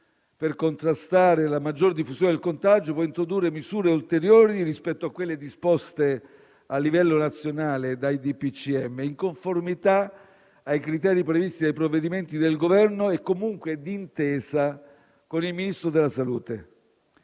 per contrastare la maggiore diffusione del contagio può introdurre misure ulteriori rispetto a quelle disposte a livello nazionale dai decreti del Presidente del Consiglio dei ministri, in conformità ai criteri previsti dai provvedimenti del Governo e comunque d'intesa con il Ministro della salute.